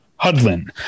hudlin